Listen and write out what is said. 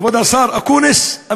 כבוד השר אקוניס,